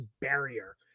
barrier